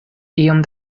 iom